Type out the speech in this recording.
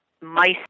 mice